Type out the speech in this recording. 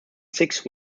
six